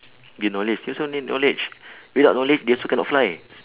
gain knowledge they also want gain knowledge without knowledge they also cannot fly